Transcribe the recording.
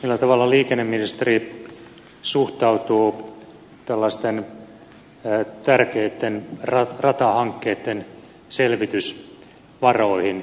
millä tavalla liikenneministeri suhtautuu tällaisten tärkeitten ratahankkeitten selvitysvaroihin